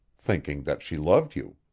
thinking that she loved you.